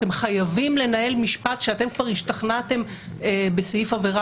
אתם חייבים לנהל משפט כשאתם כבר השתכנעתם בסעיף העבירה